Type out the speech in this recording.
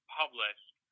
published